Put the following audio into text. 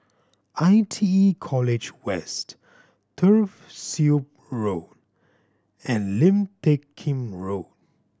I T E College West Turf Ciub Road and Lim Teck Kim Road